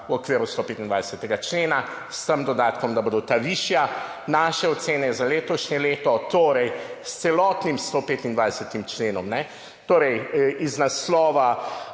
v okviru 125. člena, s tem dodatkom, da bodo ta višja. Naše ocene za letošnje leto, torej s celotnim 125. členom, iz naslova